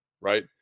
right